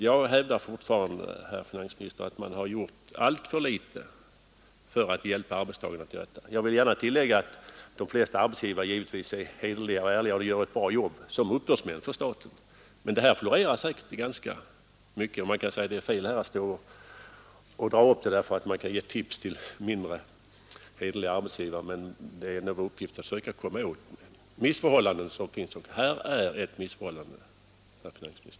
Jag hävdar fortfarande, herr finansminister, att man har gjort alltför litet för att hjälpa arbetstagarna till rätta. Jag vill gärna tillägga att de flesta arbetsgivare givetvis är hederliga och gör ett bra jobb som uppbördsmän för staten, Det kan också sägas att det är fel att dra upp en sådan här sak, eftersom det kan ge tips åt mindre hederliga arbetsgivare, men det är vår uppgift att försöka komma åt de missförhållanden som råder. Och här är ett missförhållande, herr finansminister.